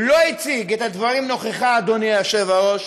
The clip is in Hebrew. לא הציג את הדברים נכוחה, אדוני היושב-ראש.